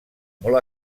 molt